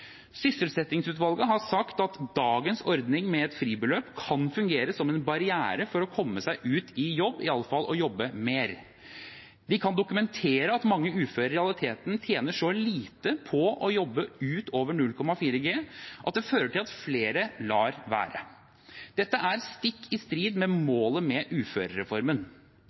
Sysselsettingsutvalget har sagt at dagens ordning med et fribeløp kan fungere som en barriere for å komme seg ut i jobb, iallfall for å jobbe mer. Vi kan dokumentere at mange uføre i realiteten tjener så lite på å jobbe utover 0,4G at det fører til at flere lar være. Dette er stikk i strid med målet med uførereformen.